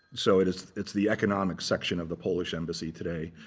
so it's it's the economic section of the polish embassy today.